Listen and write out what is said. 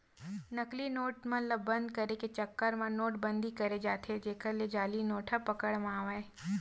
नकली नोट मन ल बंद करे के चक्कर म नोट बंदी करें जाथे जेखर ले जाली नोट ह पकड़ म आवय